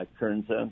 Kernza